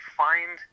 find